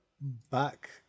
back